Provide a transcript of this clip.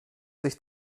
sich